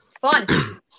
Fun